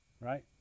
Right